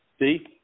See